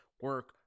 Work